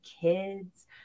kids